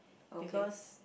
because